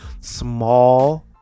small